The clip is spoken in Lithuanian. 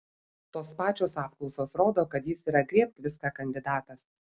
tos pačios apklausos rodo kad jis yra griebk viską kandidatas